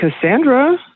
Cassandra